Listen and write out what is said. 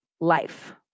life